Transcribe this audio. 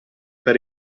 per